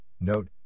Note